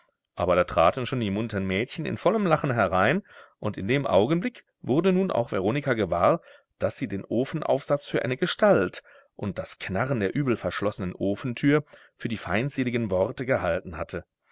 aber da traten schon die muntern mädchen in vollem lachen herein und in dem augenblick wurde nun auch veronika gewahr daß sie den ofenaufsatz für eine gestalt und das knarren der übel verschlossenen ofentür für die feindseligen worte gehalten hatte